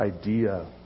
idea